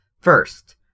First